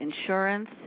insurance